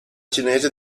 cinese